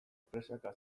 presaka